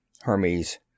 Hermes